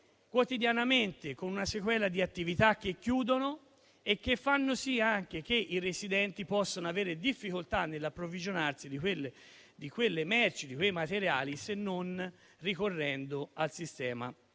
quotidianamente, con una sequela di attività che chiudono, facendo sì che i residenti abbiano difficoltà nell'approvvigionarsi di quelle merci e di quei materiali, se non ricorrendo al sistema